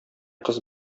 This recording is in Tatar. кыз